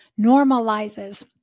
normalizes